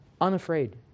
Unafraid